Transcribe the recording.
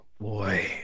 Boy